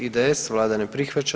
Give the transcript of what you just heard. IDS, Vlada ne prihvaća.